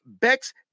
Bex